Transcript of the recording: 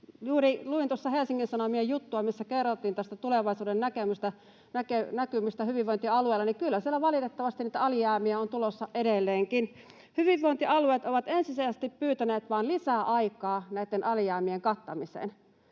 Juuri luin tuossa Helsingin Sanomien juttua, missä kerrottiin näistä tulevaisuudennäkymistä hyvinvointialueilla, ja kyllä siellä valitettavasti niitä alijäämiä on tulossa edelleenkin. Hyvinvointialueet ovat ensisijaisesti pyytäneet vain lisää aikaa näitten alijäämien kattamiseen.